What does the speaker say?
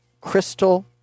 crystal